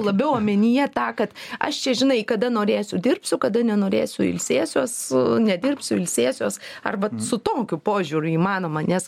labiau omenyje tą kad aš čia žinai kada norėsiu dirbsiu kada nenorėsiu ilsėsiuos nedirbsiu ilsėsiuos arba su tokiu požiūriu įmanoma nes